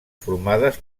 formades